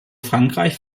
frankreich